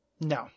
No